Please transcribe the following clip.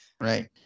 Right